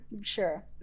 sure